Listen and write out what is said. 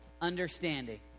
understanding